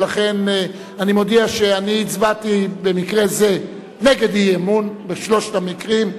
ולכן אני מודיע שאני הצבעתי במקרה זה נגד אי-אמון בשלושת המקרים,